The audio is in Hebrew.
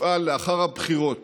אפעל לאחר הבחירות